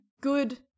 Good